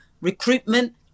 recruitment